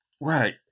right